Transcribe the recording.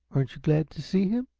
aren't you glad to see him?